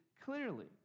clearly